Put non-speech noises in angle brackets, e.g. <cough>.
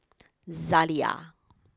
<noise> Zalia